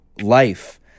life